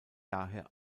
daher